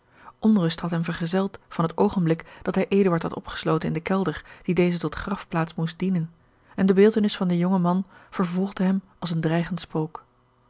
onrust had hem vergezeld van het oogenblik dat hij eduard had opgesloten in den kelder die dezen tot grafplaats moest dienen en de beeldtenis van den jongen man vervolgde hem als een dreigend spook